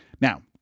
now